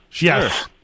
Yes